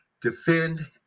Defend